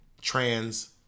trans